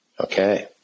Okay